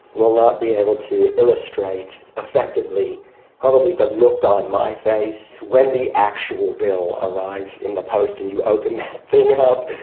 will not, be able to illustrate effectively probably the look on my face when the actual bill arrives in the post and you open up